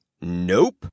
Nope